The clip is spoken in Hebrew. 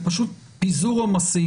זה פשוט פיזור עומסים.